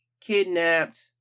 Kidnapped